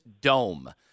dome